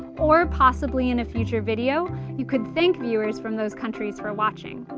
or possibly in a future video you could thank viewers from those countries for watching.